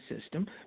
system